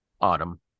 Autumn